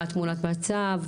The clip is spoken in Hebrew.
מהי תמונת המצב?